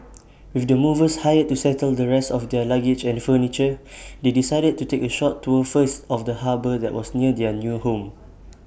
with the movers hired to settle the rest of their luggage and furniture they decided to take A short tour first of the harbour that was near their new home